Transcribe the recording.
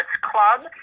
Club